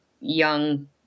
young